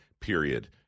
period